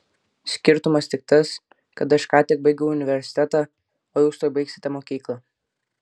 skirtumas tik tas kad aš ką tik baigiau universitetą o jūs tuoj baigsite mokyklą